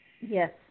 Yes